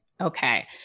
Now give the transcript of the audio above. Okay